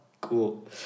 cool